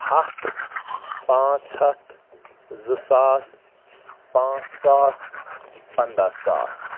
ہتھ پانٛژھ ہتھ زٕ ساس پانٛژھ ساس پندہ ساس